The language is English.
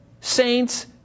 saints